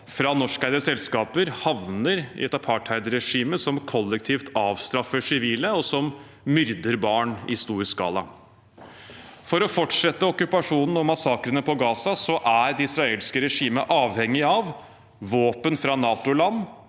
fra norskeide selskaper havner i et apartheidregime som kollektivt avstraffer sivile, og som myrder barn i stor skala. For å fortsette okkupasjonen og massakrene på Gaza er det israelske regimet avhengig av våpen fra NATO-land,